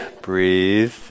Breathe